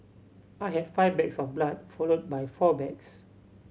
I had five bags of blood followed by four bags